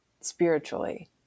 spiritually